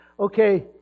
Okay